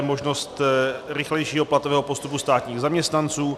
Možnost rychlejšího platového postupu státních zaměstnanců.